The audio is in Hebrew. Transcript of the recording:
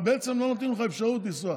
אבל בעצם לא נותנים לך אפשרות לנסוע.